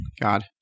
god